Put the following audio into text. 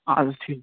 اَدٕ حظ ٹھیٖک